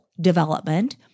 development